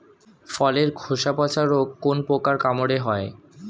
ফলের খোসা পচা রোগ কোন পোকার কামড়ে হয়?